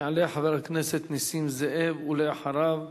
יעלה חבר הכנסת נסים זאב, ואחריו,